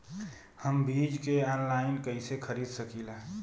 हम बीज के आनलाइन कइसे खरीद सकीला?